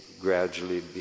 gradually